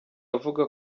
avuga